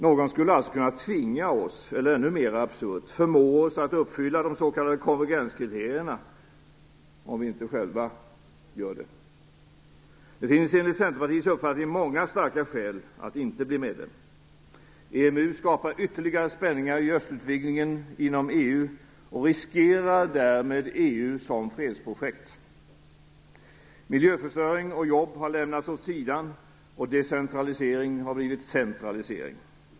Någon skulle alltså kunna tvinga oss, eller ännu mer absurt, förmå oss att uppfylla de s.k. konvergenskriterierna, om vi inte själva gör det. Det finns enligt Centerpartiets uppfattning många starka skäl att inte bli medlem. EMU skapar ytterligare spänningar i östutvidgningen inom EU och riskerar därmed EU som fredsprojekt. Miljöförstöring och jobb har lämnats åt sidan, och decentralisering ha blivit centralisering.